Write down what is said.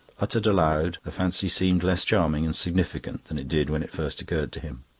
uttered aloud, the fancy seemed less charming and significant than it did when it first occurred to him.